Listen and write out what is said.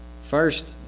First